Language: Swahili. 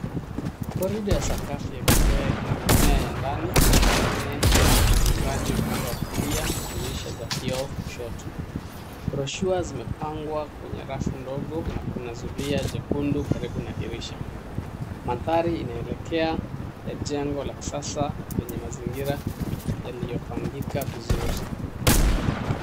corridor ya sakavu ya vikae ambayo ina mimea ya ndani Mashini ya vinyaji upande ya kulia na dirisha za kioo kushoto. Broshua zimepangwa kwenye rafu ndogo na kuna zulia jekundu karibu na dirisha. Mandhari inaelekea ya jengo la kisasa lenye mazingira yaliyopangika vizuri.